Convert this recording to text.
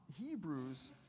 Hebrews